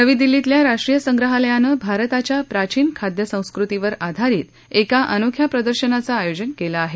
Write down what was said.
नवी दिल्लीतल्या राष्ट्रीय संग्रहालयानं भारताच्या प्राचीन खाद्य संस्कृतीवर आधारित एका अनोख्या प्रदर्शनाचं आयोजन केलं आहे